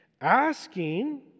Asking